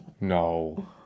No